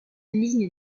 ligne